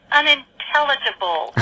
unintelligible